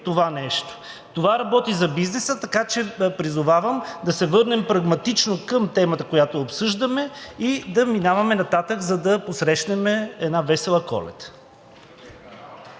това нещо. Това работи за бизнеса, така че призовавам да се върнем прагматично към темата, която обсъждаме, и да минаваме нататък, за да посрещнем една весела Коледа.